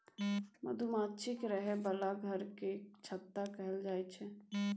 मधुमाछीक रहय बला घर केँ छत्ता कहल जाई छै